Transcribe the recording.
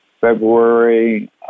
February